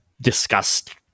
discussed